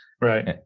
Right